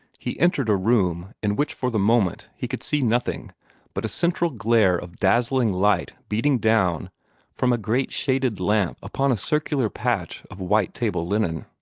he entered a room in which for the moment he could see nothing but a central glare of dazzling light beating down from a great shaded lamp upon a circular patch of white table linen.